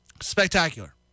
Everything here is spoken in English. spectacular